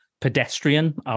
pedestrian